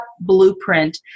blueprint